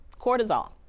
Cortisol